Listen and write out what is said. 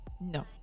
No